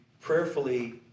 prayerfully